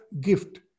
gift